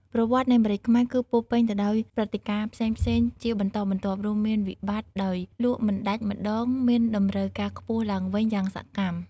ប្រវត្តិនៃម្រេចខ្មែរ គឺពោរពេញទៅដោយព្រឹត្តិការណ៍ផ្សេងៗជាបន្តបន្ទាប់ រួមមានវិបត្តិ ដោយលក់មិនដាច់ម្តង មានតម្រូវការខ្ពស់ឡើងវិញយ៉ាងសកម្ម។